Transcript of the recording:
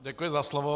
Děkuji za slovo.